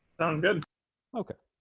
sounds good okay